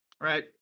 right